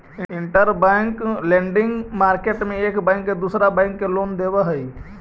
interbank lending market में एक bank दूसरा बैंक के लोन देवऽ हई